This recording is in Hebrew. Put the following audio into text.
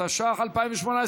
התשע"ח 2018,